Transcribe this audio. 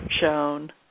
shown